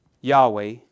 Yahweh